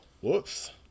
Whoops